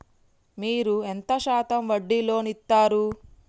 మీరు ఎంత శాతం వడ్డీ లోన్ ఇత్తరు?